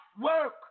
work